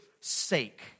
sake